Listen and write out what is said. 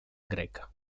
greca